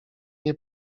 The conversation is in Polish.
nie